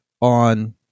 on